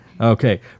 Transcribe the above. Okay